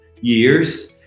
years